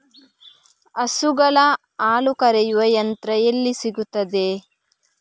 ಹಸುಗಳ ಹಾಲು ಕರೆಯುವ ಯಂತ್ರ ಎಲ್ಲಿ ಸಿಗುತ್ತದೆ?